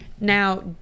now